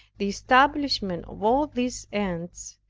the establishment of all these ends,